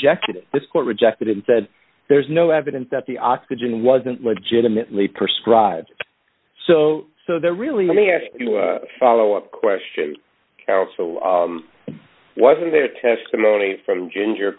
rejected this court rejected and said there's no evidence that the oxygen wasn't legitimately prescribed so they're really let me ask you a follow up question carol so wasn't there testimony from ginger